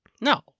No